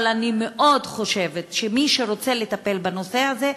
אבל אני חושבת שמי שרוצה לטפל בנושא הזה,